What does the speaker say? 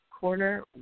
corner